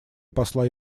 посла